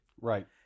Right